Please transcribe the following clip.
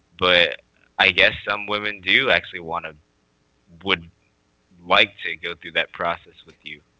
but i guess some women do actually want to would like to go through that process with you.